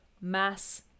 mass